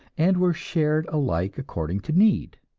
and were shared alike according to need.